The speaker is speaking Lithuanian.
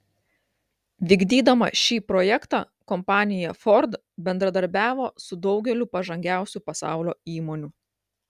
vykdydama šį projektą kompanija ford bendradarbiavo su daugeliu pažangiausių pasaulio įmonių